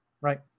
right